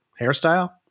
hairstyle